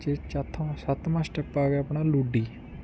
ਜੇ ਚੌਥਾ ਸੱਤਵਾਂ ਸਟੈਪ ਆ ਗਿਆ ਆਪਣਾ ਲੁੱਡੀ